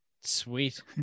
sweet